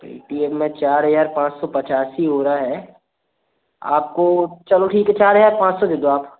Paytm में चार हज़ार पाँच सौ पचासी हो रहा है आपको चलो ठीक है चार हज़ार पाँच सौ दे दो आप